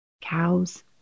Cows